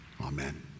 Amen